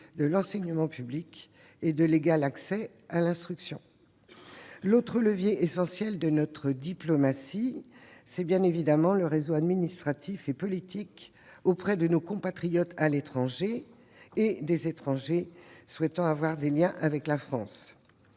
de l'enseignement public et d'égal accès à l'instruction ? L'autre levier essentiel de notre diplomatie, c'est bien évidemment le réseau administratif et politique auprès de nos compatriotes à l'étranger et des étrangers souhaitant avoir des liens avec la France.